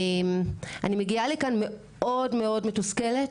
אני מגיעה לכאן מאוד מאוד מתוסכלת,